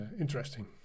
interesting